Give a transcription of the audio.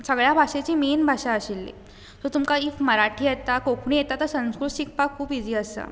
सगळ्यां भाशेची मेन भाशा आशिल्ली सो तुमकां इफ मराठी येता कोंकणी येता तर संस्कृत शिकपाक खूब इजी आसा